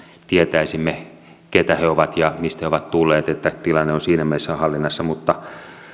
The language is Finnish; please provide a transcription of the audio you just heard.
tietäisimme keitä he ovat ja mistä he ovat tulleet tilanne on siinä mielessä hallinnassa mutta